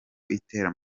itera